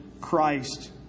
Christ